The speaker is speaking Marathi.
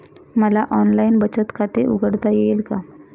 मला ऑनलाइन बचत खाते उघडता येईल का?